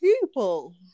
people